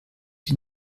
die